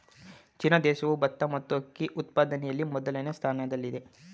China ದೇಶವು ಭತ್ತ ಮತ್ತು ಅಕ್ಕಿ ಉತ್ಪಾದನೆಯಲ್ಲಿ ಮೊದಲನೇ ಸ್ಥಾನದಲ್ಲಿದೆ